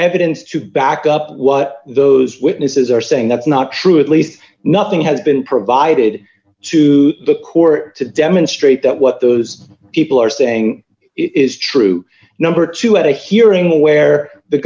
evidence to back up what those witnesses are saying that's not true at least nothing has been provided to the court to demonstrate that what those people are saying is true number two at a hearing where the